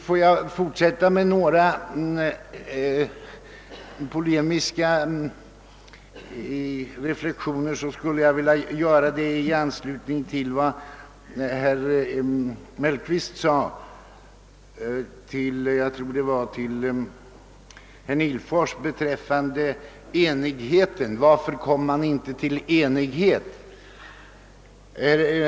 Får jag fortsätta med några polemiska reflexioner skulle jag vilja göra det i anslutning till vad herr Mellqvist yttrade till herr Nihlfors beträffande problemet varför man inte uppnådde enighet.